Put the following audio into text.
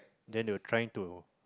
then they were trying to